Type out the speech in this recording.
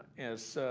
as